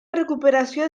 recuperació